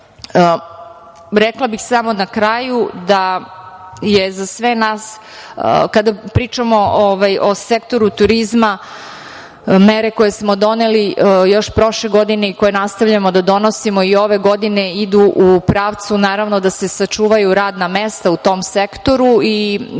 bih samo na kraju da je za sve nas kada pričamo o sektoru turizma, mere koje smo doneli još prošle godine i koje nastavljamo da donosimo i ove godine, idu u pravcu, naravno, da se sačuvaju radna mesta u tom sektoru,